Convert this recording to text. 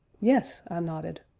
yes, i nodded.